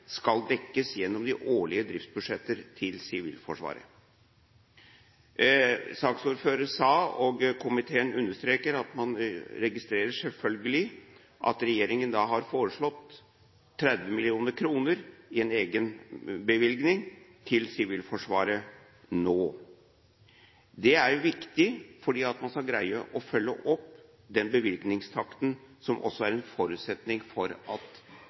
skal dekkes gjennom de årlige driftsbudsjetter til Sivilforsvaret. Saksordføreren sa, og komiteen understreker, at man selvfølgelig registrerer at regjeringen har foreslått 30 mill. kr i en egen bevilgning til Sivilforsvaret nå. Det er viktig for å greie å følge opp den bevilgningstakten som også er en forutsetning for at